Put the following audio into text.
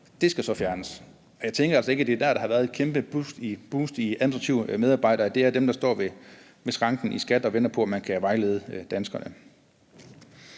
Det skal så fjernes. Jeg tænker altså ikke, at det er der, der har været et kæmpe boost af administrative medarbejdere. Det er dem, der står i skranken hos Skatteforvaltningen og venter på at vejlede danskerne.